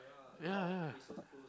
ya ya